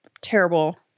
Terrible